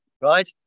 right